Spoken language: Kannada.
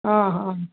ಹಾಂ ಹಾಂ